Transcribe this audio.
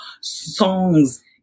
songs